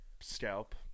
Scalp